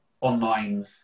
online